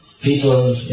people